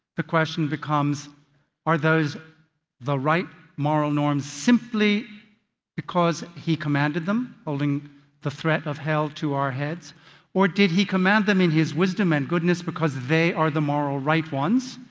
the question becomes are those the right moral norms simply because he commanded them holding the threat of hell to our heads or did he command them in his wisdom and goodness because they are the moral right ones.